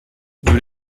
würde